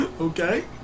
okay